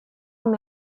amb